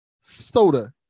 soda